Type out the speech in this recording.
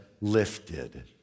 lifted